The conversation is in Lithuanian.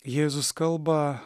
jėzus kalba